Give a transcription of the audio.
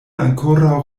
ankoraŭ